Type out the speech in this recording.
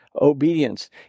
obedience